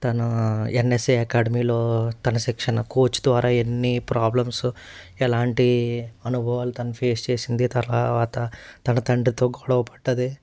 తను ఎన్ఎస్ఏ అకాడమీలో తన శిక్షణ కోచ్ ద్వారా ఎన్ని ప్రాబ్లమ్స్ ఎలాంటి అనుభవాలు తన ఫేస్ చేసింది తరువాత తన తండ్రితో గొడవ పడింది